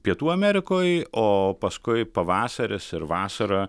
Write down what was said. pietų amerikoj o paskui pavasaris ir vasara